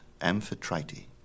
Amphitrite